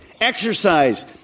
exercise